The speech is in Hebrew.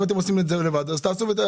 אם אתם עושים את זה לבד, אז תעשו לבד.